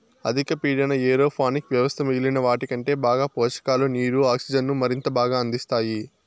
అధిక పీడన ఏరోపోనిక్ వ్యవస్థ మిగిలిన వాటికంటే బాగా పోషకాలు, నీరు, ఆక్సిజన్ను మరింత బాగా అందిస్తాయి